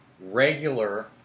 regular